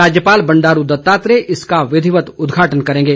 राज्यपाल बंडारू दत्तात्रेय इसका विधिवत उदघाटन करेंगे